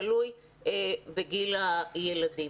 תלוי בגיל הילדים.